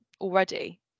already